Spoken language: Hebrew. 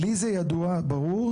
לי זה ידוע וברור,